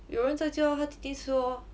有人在家他弟弟吃 lor